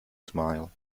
smile